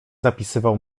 zapisywał